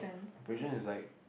abrasion is like